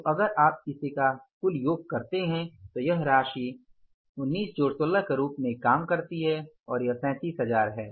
तो अगर आप इसे जोड़ते हैं तो यह राशि 19 जोड़ 16 के रूप में काम करती है और यह 37000 है